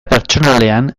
pertsonalean